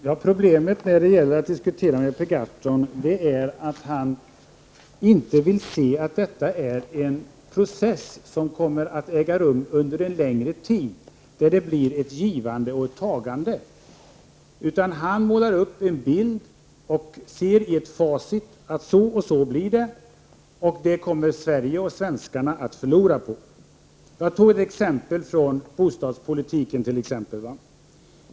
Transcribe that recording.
Herr talman! Problemet när man diskuterar med Per Gahrton är att han inte vill se att detta är en process som kommer att äga rum under en längre tid, där det blir ett givande och tagande. Han målar upp en bild och ser i ett facit att det blir så och så samt att Sverige och svenskarna kommer att förlora på det. Jag tog tidigare ett exempel från bostadspolitiken.